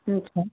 अच्छा